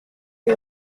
you